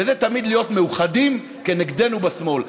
וזה תמיד להיות מאוחדים כנגדנו בשמאל.